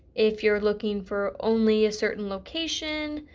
if you're looking for only a certain location,